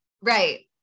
right